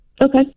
Okay